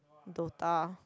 Dota